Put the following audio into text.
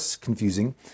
confusing